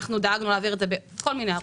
אנחנו דאגנו להעביר את זה בכל מיני ערוצים.